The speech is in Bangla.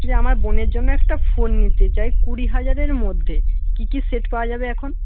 যে আমার বোনের জন্য একটা ফোন নিতে চাই কুড়ি হাজারের মধ্যে কি কি সেট পাওয়া যাবে এখন